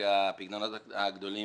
שלפיקדונות הגדולים